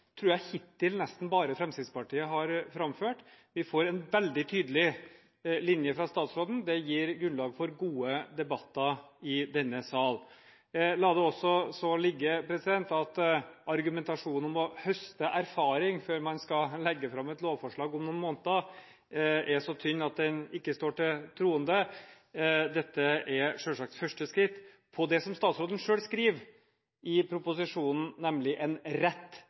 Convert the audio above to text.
tror jeg nesten bare Fremskrittspartiet har framført hittil. Vi får en veldig tydelig linje fra statsråden. Det gir grunnlag for gode debatter i denne sal. La det så ligge at argumentasjonen om å høste erfaring før man skal legge fram et lovforslag om noen måneder, er så tynn at den ikke står til troende. Dette er selvsagt første skritt mot det som statsråden selv skriver i proposisjonen, nemlig en rett